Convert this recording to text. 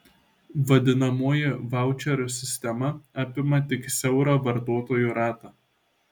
vadinamoji vaučerių sistema apima tik siaurą vartotojų ratą